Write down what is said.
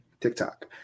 TikTok